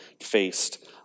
faced